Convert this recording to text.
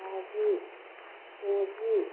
बाजि द'जि